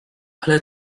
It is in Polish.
ale